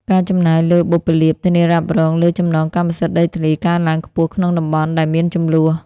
ការចំណាយលើបុព្វលាភធានារ៉ាប់រងលើចំណងកម្មសិទ្ធិដីធ្លី កើនឡើងខ្ពស់ក្នុងតំបន់ដែលមានជម្លោះ។